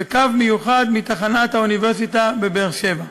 וקו מיוחד מתחנת האוניברסיטה בבאר-שבע.